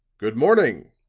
good-morning,